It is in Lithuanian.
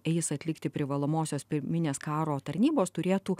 eis atlikti privalomosios pirminės karo tarnybos turėtų